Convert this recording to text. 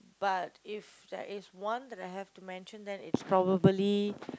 but if there is one that I have to mention then it's probably